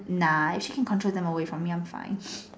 nah if she can control them away from me I'm fine